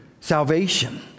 Salvation